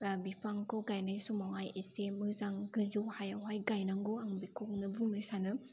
बिफांखौ गायनाय समावहाय एसे मोजां गोजौ हायावहाय गायनांगौ आं बेखौनो बुंनो सानो